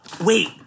Wait